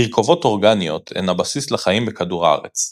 תרכובות אורגניות הן הבסיס לחיים בכדור הארץ.